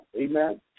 Amen